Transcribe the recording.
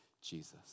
Jesus